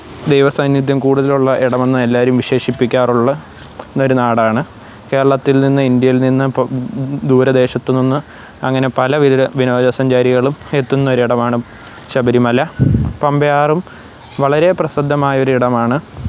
ദൈവസാന്നിധ്യം കൂടുതലുള്ള ഇടമെന്ന് എല്ലാവരും വിശേഷിപ്പിക്കാറുള്ള ഒരു നാടാണ് കേരളത്തില് നിന്ന് ഇന്ത്യയില് നിന്ന് ദൂരെ ദേശത്ത് നിന്ന് അങ്ങനെ പല വിനോദ സഞ്ചാരികളും എത്തുന്ന ഒരിടമാണ് ശബരിമല പമ്പയാറും വളരെ പ്രസിദ്ധമായ ഒരിടമാണ്